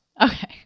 Okay